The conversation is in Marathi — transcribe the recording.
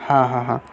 हां हां हां